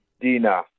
Dina